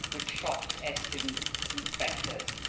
which shocked estyn inspectors.